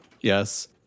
yes